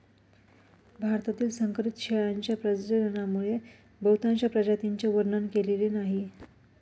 भारतातील संकरित शेळ्यांच्या प्रजननामुळे बहुतांश प्रजातींचे वर्णन केलेले नाही